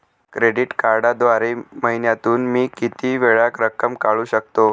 Credit कार्डद्वारे महिन्यातून मी किती वेळा रक्कम काढू शकतो?